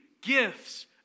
gifts